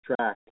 track